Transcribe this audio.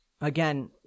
Again